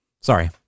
Sorry